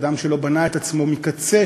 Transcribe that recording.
אדם שלא בנה את עצמו מקצה,